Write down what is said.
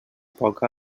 poca